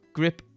grip